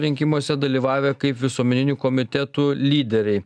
rinkimuose dalyvavę kaip visuomeninių komitetų lyderiai